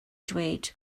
dweud